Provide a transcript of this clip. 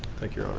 thank you.